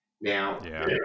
Now